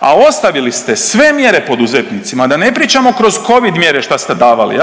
a ostavili ste sve mjere poduzetnicima. Da ne pričamo kroz covid mjere što se davali.